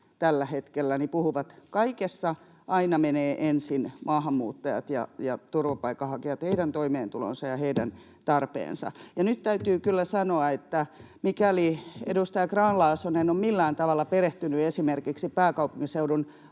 kuin vihreät — että kaikessa aina menevät ensin maahanmuuttajat ja turvapaikanhakijat, heidän toimeentulonsa ja heidän tarpeensa. Nyt täytyy kyllä sanoa, että mikäli edustaja Grahn-Laasonen on millään tavalla perehtynyt esimerkiksi pääkaupunkiseudun